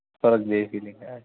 સ્વર્ગ જેવી ફીલિંગ આવે